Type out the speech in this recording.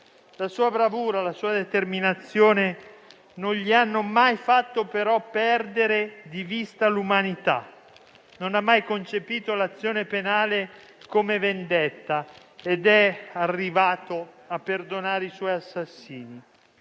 La sua bravura, la sua determinazione non gli hanno mai fatto, però, perdere di vista l'umanità; non ha mai concepito l'azione penale come vendetta ed è arrivato a perdonare i suoi assassini.